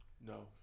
No